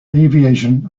aviation